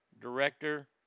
Director